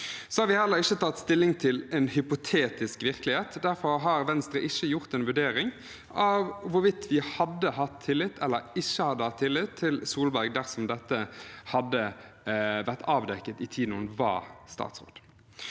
Vi har heller ikke tatt stilling til en hypotetisk virkelighet. Derfor har Venstre ikke gjort en vurdering av hvorvidt vi hadde hatt tillit eller ikke til Solberg dersom dette hadde vært avdekket i den tiden hun var